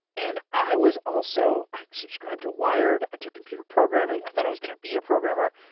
and i was also, i subscribed to wired, i took computer programming, i thought i was gonna be a programmer,